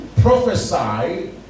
prophesy